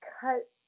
cut